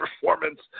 performance